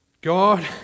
God